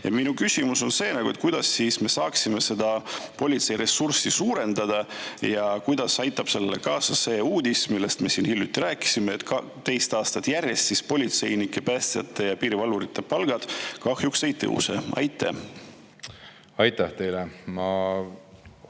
Minu küsimus on see: kuidas me saaksime politseiressurssi suurendada ja kuidas aitab sellele kaasa see uudis, millest me siin hiljuti rääkisime, et teist aastat järjest politseinike, päästjate ja piirivalvurite palgad kahjuks ei tõuse? Aitäh teile!